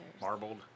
Marbled